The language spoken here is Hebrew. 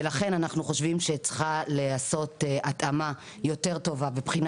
ולכן אנחנו חושבים שצריכה להיעשות התאמה יותר טובה ובחינה